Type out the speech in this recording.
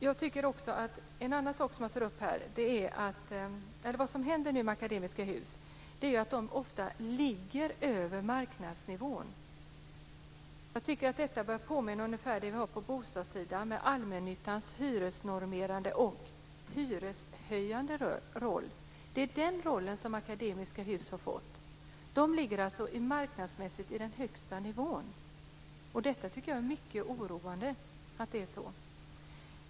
Som det är nu ligger hyrorna hos Akademiska Hus ofta över marknadsnivån. Jag tycker att detta börjar påminna om ungefär den situation vi har på bostadssidan med allmännyttans hyresnormerande och hyreshöjande roll. Det är den rollen som Akademiska Hus har fått. De ligger marknadsmässigt på den högsta nivån. Jag tycker att det är mycket oroande att det är så.